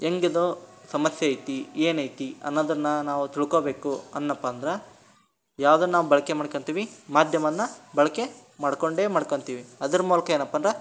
ಹೇಗಿದು ಸಮಸ್ಯೆ ಇದೆ ಏನು ಇದೆ ಅನ್ನೋದನ್ನು ನಾವು ತಿಳ್ಕೊಬೇಕು ಅಂದೆನಪ್ಪ ಅಂದ್ರೆ ಯಾವ್ದನ್ನು ನಾವು ಬಳಕೆ ಮಾಡ್ಕೋತೀವಿ ಮಾಧ್ಯಮನ ಬಳಕೆ ಮಾಡಿಕೊಂಡೇ ಮಾಡ್ಕೊತೀವಿ ಅದ್ರ ಮೂಲಕ ಏನಪ್ಪ ಅಂದ್ರೆ